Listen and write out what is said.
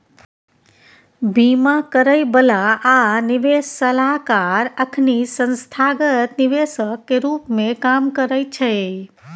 बीमा करइ बला आ निवेश सलाहकार अखनी संस्थागत निवेशक के रूप में काम करइ छै